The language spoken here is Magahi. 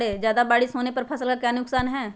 ज्यादा बारिस होने पर फसल का क्या नुकसान है?